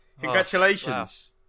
Congratulations